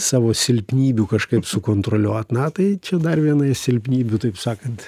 savo silpnybių kažkaip sukontroliuot na tai čia dar viena iš silpnybių taip sakant